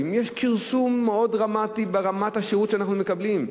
יש כרסום מאוד דרמטי ברמת השירות שאנחנו מקבלים,